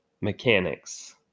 mechanics